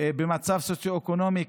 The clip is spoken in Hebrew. במצב סוציו-אקונומי,